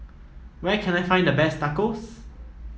where can I find the best Tacos